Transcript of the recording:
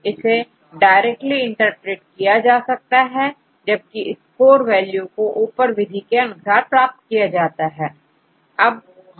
इसे directly interpret किया जा सकता है जबकि स्कोर वैल्यू को ऊपर विधि के अनुसार प्राप्त किया जाता है